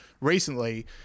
recently